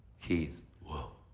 keys. whoa.